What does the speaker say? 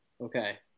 okay